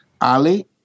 Ali